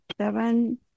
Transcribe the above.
seven